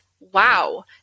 wow